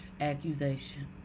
accusation